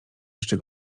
jeszcze